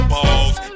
Balls